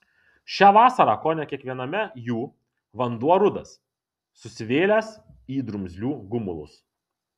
šią vasarą kone kiekviename jų vanduo rudas susivėlęs į drumzlių gumulus